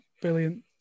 brilliant